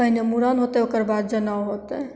पहिने मूड़न होतै ओकर बाद जनउ होतै